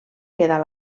quedar